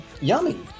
yummy